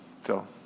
Phil